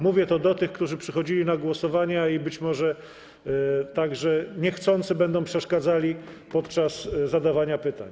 Mówię to do tych, którzy przyszli na głosowania i być może także niechcący będą przeszkadzali podczas zadawania pytań.